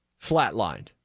flatlined